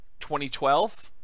2012